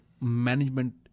management